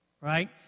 Right